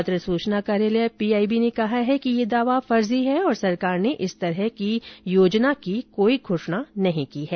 पत्र सुचना कार्यालय पीआईबी ने कहा है कि यह दावा फर्जी है तथा सरकार ने इस तरह की योजना की कोई घोषणा नहीं की है